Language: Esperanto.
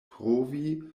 provi